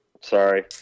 Sorry